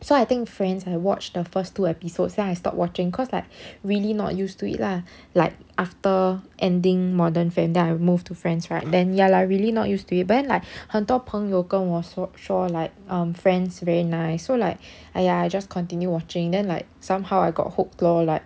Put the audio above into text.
so I think friends I watched the first two episodes then I stop watching cause like really not used to it lah like after ending modern family then I move to friends right then ya lah really not used to it but then like 很多朋友跟我说 like um friends very nice so like !aiya! I just continue watching then like somehow I got hooked lor like